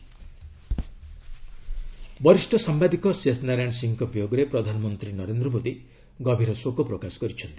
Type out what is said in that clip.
PM condolence ବରିଷ୍ଣ ସାମ୍ବାଦିକ ଶେଷ ନାରାୟଣ ସିଂହଙ୍କ ବିୟୋଗରେ ପ୍ରଧାନମନ୍ତ୍ରୀ ନରେନ୍ଦ୍ର ମୋଦି ଗଭୀର ଶୋକପ୍ରକାଶ କରିଛନ୍ତି